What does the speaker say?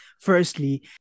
firstly